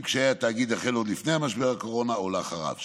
אם קשיי התאגיד החלו עוד לפני משבר הקורונה או אחריו.